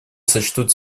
сочтут